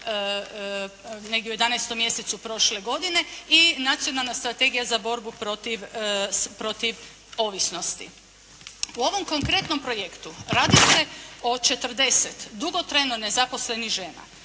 negdje u 11 mjesecu prošle godine i Nacionalna strategija za borbu protiv ovisnosti. U ovom konkretnom projektu radi se o 40 dugotrajno nezaposlenih žena